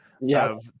Yes